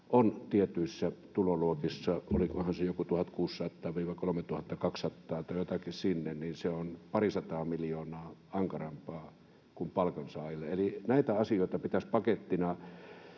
on tietyissä tuloluokissa, olikohan se joku 1 600—3 200 tai jotakin sinnepäin, parisataa miljoonaa ankarampaa kuin palkansaajilla. Eli näitä asioita pitäisi pakettina